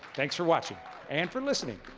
thanks for watching and for listening.